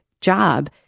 job